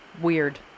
weird